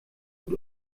gut